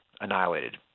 annihilated